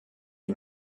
die